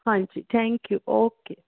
ਹਾਂਜੀ thank you okay